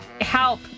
Help